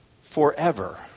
forever